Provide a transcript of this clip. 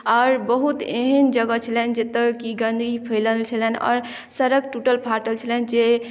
आओर बहुत एहन जगह छलनि जतय कि गन्दगी फैलल छलनि आओर सड़क टूटल फाटल छलनि जे